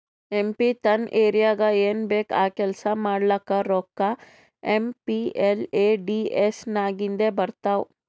M P ತನ್ ಏರಿಯಾಗ್ ಏನ್ ಬೇಕ್ ಆ ಕೆಲ್ಸಾ ಮಾಡ್ಲಾಕ ರೋಕ್ಕಾ ಏಮ್.ಪಿ.ಎಲ್.ಎ.ಡಿ.ಎಸ್ ನಾಗಿಂದೆ ಬರ್ತಾವ್